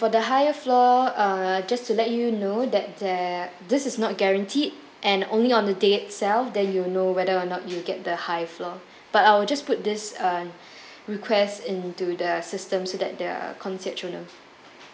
for the higher floor uh just to let you know that there this is not guaranteed and only on the day itself then you will know whether or not you'll get the high floor but I will just put this uh request into the system so that the concierge will know